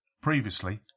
Previously